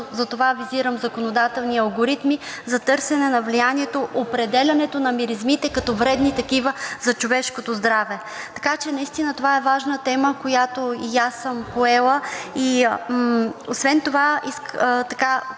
затова визирам законодателни алгоритми за търсене на влиянието, определянето на миризмите като вредни такива за човешкото здраве. Така че наистина това е важна тема, която и аз съм поела.